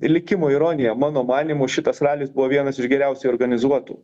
likimo ironija mano manymu šitas ralis buvo vienas iš geriausiai organizuotų